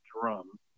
drum